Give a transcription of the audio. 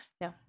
No